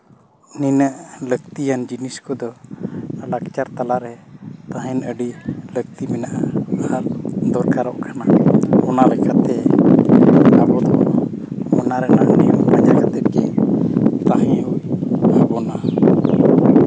ᱱᱤᱱᱟᱹᱜ ᱞᱟᱹᱠᱛᱤᱭᱟᱱ ᱡᱤᱱᱤᱥ ᱠᱚᱫᱚ ᱞᱟᱠᱪᱟᱨ ᱛᱟᱞᱟᱨᱮ ᱛᱟᱦᱮᱱ ᱟᱹᱰᱤ ᱞᱟᱹᱠᱛᱤ ᱢᱮᱱᱟᱜᱼᱟ ᱟᱨ ᱫᱚᱨᱠᱟᱨᱚᱜ ᱠᱟᱱᱟ ᱚᱱᱟ ᱞᱮᱠᱟᱛᱮ ᱚᱱᱟ ᱠᱚᱫᱚ ᱚᱱᱟ ᱨᱮᱭᱟᱜ ᱱᱤᱭᱚᱢ ᱯᱟᱸᱡᱟ ᱠᱟᱛᱮᱜᱮ ᱛᱟᱦᱮᱸ ᱦᱩᱭ ᱟᱵᱚᱱᱟ